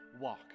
walk